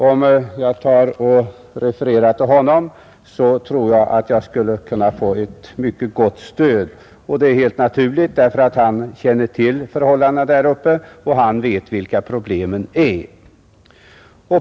Om jag refererar till honom tror jag att jag skulle kunna få ett mycket gott stöd. Detta är helt naturligt, därför att han känner väl till förhållandena där uppe och vet vilka problemen är.